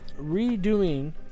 redoing